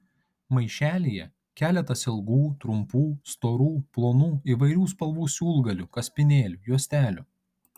maišelyje keletas ilgų trumpų storų plonų įvairių spalvų siūlgalių kaspinėlių juostelių